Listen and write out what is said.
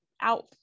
out